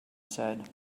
said